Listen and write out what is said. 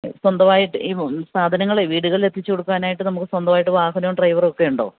സ്വന്തമായിട്ട് ഈ സാധനങ്ങള് വീടുകളിൽ എത്തിച്ചുകൊടുക്കുവാനായിട്ട് നമുക്ക് സ്വന്തമായിട്ട് വാഹനവും ഡ്രൈവറുമൊക്കെയുണ്ടോ